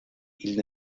ils